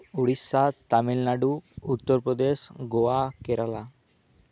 Odisha Tamil Nadu Uttar Pradesh Goa Kerala